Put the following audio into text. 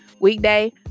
weekday